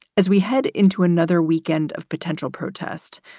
as we head into another weekend of potential protest,